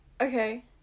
okay